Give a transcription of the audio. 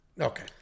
okay